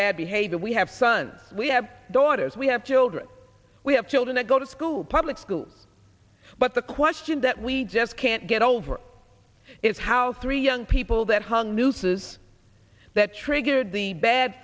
bad behavior we have sun we have daughters we have children we have children that go to school public school but the question that we just can't get over is how three young people that hung nooses that triggered the bad